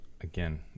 Again